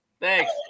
Thanks